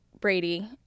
Brady